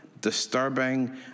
disturbing